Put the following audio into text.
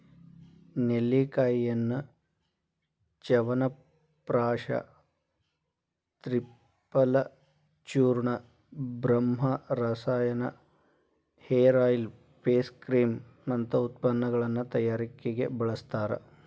ನೆಲ್ಲಿಕಾಯಿಯನ್ನ ಚ್ಯವನಪ್ರಾಶ ತ್ರಿಫಲಚೂರ್ಣ, ಬ್ರಹ್ಮರಸಾಯನ, hair oil, face cream ನಂತ ಉತ್ಪನ್ನಗಳ ತಯಾರಿಕೆಗೆ ಬಳಸ್ತಾರ